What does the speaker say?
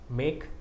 make